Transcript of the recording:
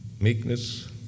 Meekness